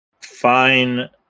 fine